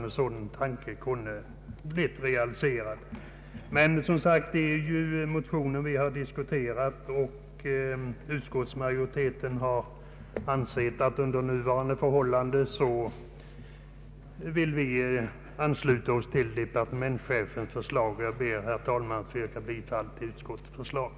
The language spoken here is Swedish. En sådan tanke kunde ha realiserats, men det är, som sagt, motionen utskottet har diskuterat, och utskottsmajoriteten har ansett att den under nuvarande förhållanden bör an sluta sig till departementschefens förslag. Vidare kan påpekas att departementschefen kan föreslå att högre ersättning än de 90 procent kan utgå om särskilda skäl föreligger. Jag ber, herr talman, att få yrka bifall till utskottets hemställan.